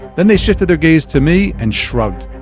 then they shifted their gaze to me and shrugged.